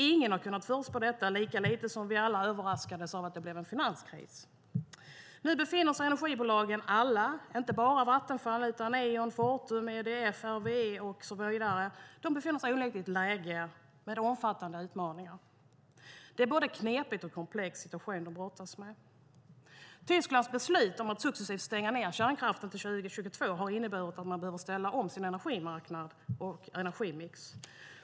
Ingen har kunnat förutspå detta, lika lite som vi alla överraskades av att det blev en finanskris. Nu befinner sig alla energibolag - inte bara Vattenfall utan också Eon, Fortum, EDF, RWE och så vidare - onekligen i ett läge med omfattande utmaningar. Det är en både knepig och komplex situation som de brottas med. Tysklands beslut att successivt stänga ned kärnkraften till 2022 har inneburit att man behöver ställa om sin energimarknad och energimix.